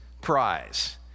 Prize